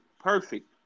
Perfect